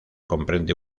comprende